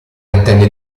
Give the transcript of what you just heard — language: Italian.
antenne